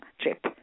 trip